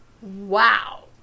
Wow